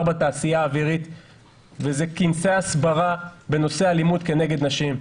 בתעשייה האווירית וזה כנסי הסברה בנושא אלימות נגד נשים.